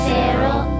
Feral